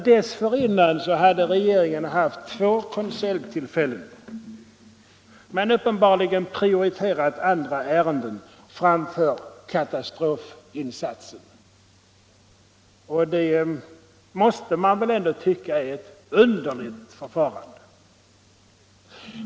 Dessförinnan hade regeringen haft två konseljtillfällen men uppenbarligen prioriterat andra ärenden framför katastrofinsatsen. Detta måste man anse vara ett underligt förfarande.